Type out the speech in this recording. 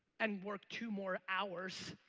and work two more hours.